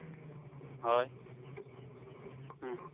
ᱦᱳᱭ ᱦᱮᱸ